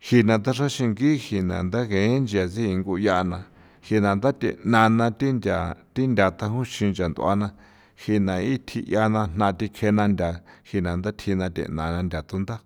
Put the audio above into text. jina ntha xraxingi jena ntha gii nchia tsinku ncha jana ncha dathe'a na thi ncha ntha dajon nchi ncha nt'ua na jena ithi 'ia na jna thikje na ntha jina ndatjina the'na ndathunda.